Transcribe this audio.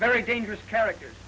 very dangerous character